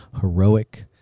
heroic